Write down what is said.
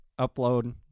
upload